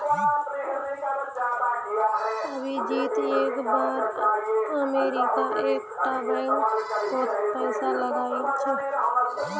अभिजीत एक बार अमरीका एक टा बैंक कोत पैसा लगाइल छे